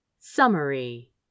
Summary